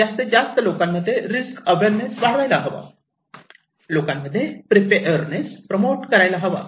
जास्तीत जास्त लोकांमध्ये रिस्क अवेअरनेस वाढवायला हवा लोकांमध्ये प्रिपेअरनेस प्रमोट करायला हवा